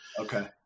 Okay